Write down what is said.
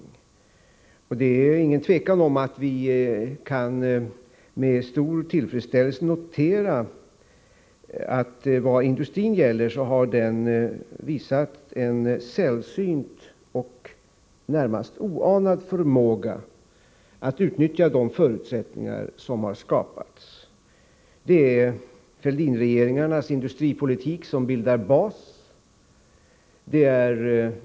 Detär 12 december 1984 inget tvivel om att vi beträffande industrin med stor tillfredsställelse kan notera att denna har visat en sällsynt och närmast oanad förmåga att utnyttja rwatedom parn :; EEE Den ekonomiska de förutsättningar som här: skapats. Fälldinregeringarnas EastrpONnE politiken på medelbildar bas.